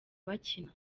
bakina